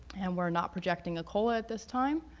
and we are not projecting a cola at this time.